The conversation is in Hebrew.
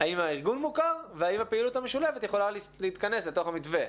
האם הארגון מוכר והאם הפעילות המשולבת יכולה להתכנס לתוך המתווה.